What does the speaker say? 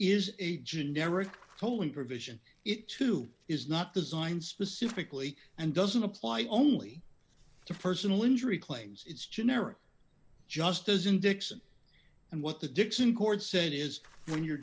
is a generic polling provision it too is not designed specifically and doesn't apply only to personal injury claims it's generic just doesn't dixon and what the dixon court said is when you're